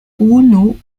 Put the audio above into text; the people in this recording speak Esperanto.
unu